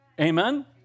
Amen